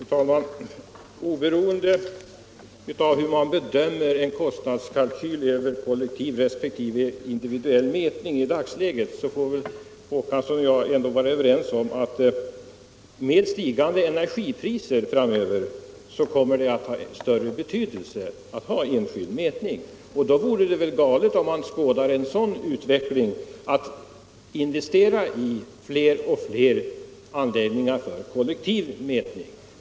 Fru talman! Oberoende av hur vi i dagsläget bedömer en kostnadskalkyl vid kollektiv resp. individuell mätning kan väl herr Håkansson i Trelleborg och jag vara överens om att med stigande energipriser framöver kommer individuell mätning att ha större betydelse. Om man skådar en sådan utveckling är det väl galet att investera i allt fler anläggningar med kollektiv mätning.